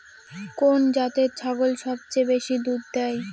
কোন জাতের ছাগল সবচেয়ে বেশি দুধ দেয়?